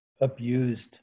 abused